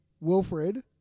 Wilfred